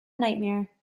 nightmare